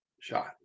shot